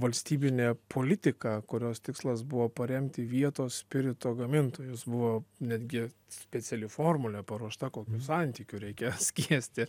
valstybinė politika kurios tikslas buvo paremti vietos spirito gamintojus buvo netgi speciali formulė paruošta kokiu santykiu reikia skiesti